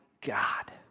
God